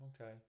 okay